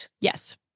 Yes